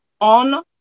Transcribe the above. on